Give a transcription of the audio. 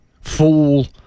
fool